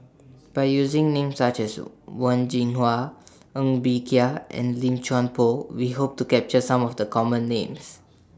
By using Names such as Wen Jinhua Ng Bee Kia and Lim Chuan Poh We Hope to capture Some of The Common Names